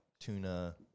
tuna